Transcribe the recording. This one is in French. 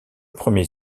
premier